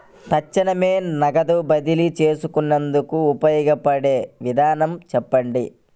తక్షణమే నగదు బదిలీ చేసుకునేందుకు ఉపయోగపడే విధానము చెప్పండి?